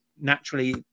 naturally